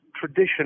tradition